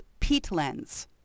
peatlands